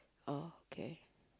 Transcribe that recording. okay